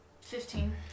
Fifteen